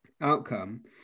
outcome